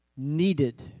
needed